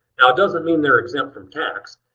now it doesn't mean they're exempt from tax,